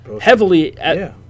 heavily